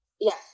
yes